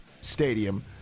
Stadium